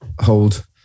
hold